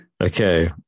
Okay